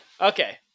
okay